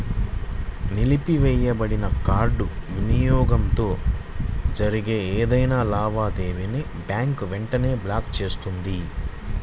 నిలిపివేయబడిన కార్డ్ వినియోగంతో జరిగే ఏవైనా లావాదేవీలను బ్యాంక్ వెంటనే బ్లాక్ చేస్తుంది